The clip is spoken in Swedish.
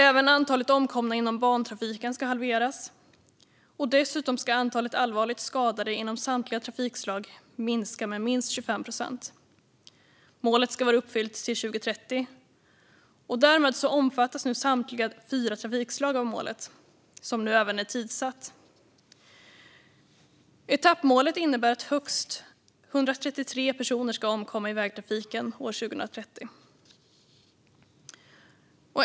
Även antalet omkomna inom bantrafiken ska halveras, och dessutom ska antalet allvarligt skadade inom samtliga trafikslag minska med minst 25 procent. Målet ska vara uppfyllt till 2030. Därmed omfattas nu samtliga fyra trafikslag av målet, som nu även är tidssatt. Etappmålet innebär att högst 133 personer ska omkomma i vägtrafiken år 2030.